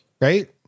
Right